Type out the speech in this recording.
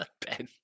Ben